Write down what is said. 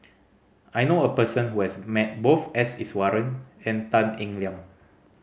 I know a person who has met both S Iswaran and Tan Eng Liang